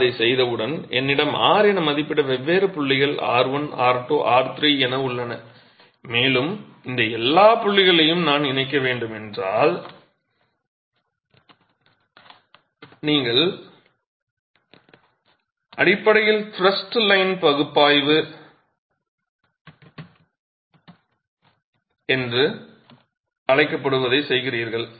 நான் அதைச் செய்தவுடன் என்னிடம் r என மதிப்பிடப்பட்ட வெவ்வேறு புள்ளிகள் r1 r2 r3 என உள்ளன மேலும் இந்த எல்லாப் புள்ளிகளையும் நான் இணைக்க வேண்டும் என்றால் நீங்கள் அடிப்படையில் த்ரஸ்ட் லைன் பகுப்பாய்வு என்று அழைக்கப்படுவதைச் செய்கிறீர்கள்